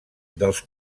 dels